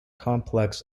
complex